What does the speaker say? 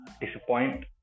disappoint